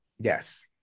Yes